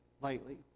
lightly